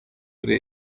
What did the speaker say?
kuri